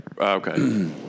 Okay